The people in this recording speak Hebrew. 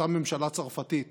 אותה ממשלה צרפתית